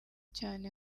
cyane